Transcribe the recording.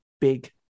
big